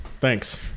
thanks